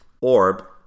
orb